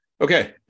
Okay